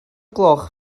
gloch